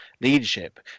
leadership